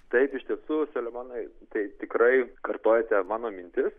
taip iš tiesų saliamonai tai tikrai kartojate mano mintis